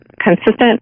consistent